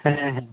ᱦᱮᱸ